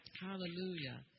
hallelujah